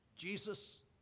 Jesus